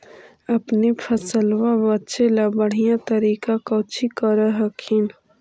अपने फसलबा बचे ला बढ़िया तरीका कौची कर हखिन?